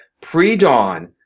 pre-dawn